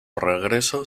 regreso